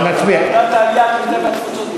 ועדת העלייה, הקליטה והתפוצות.